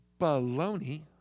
Baloney